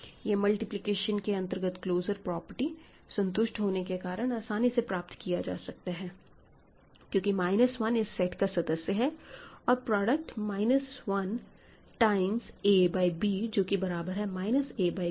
यह मल्टीप्लिकेशन के अंतर्गत क्लोजर प्रॉपर्टी संतुष्ट होने के कारण आसानी से प्राप्त किया जा सकता है क्योंकि माइनस 1 इस सेट का सदस्य है और product minus 1 times a by b जो कि बराबर है माइनस a बाय ब के